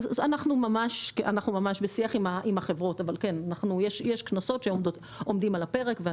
אנחנו ממש בשיח עם החברות אבל יש קנסות שעומדים על הפרק.